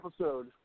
episode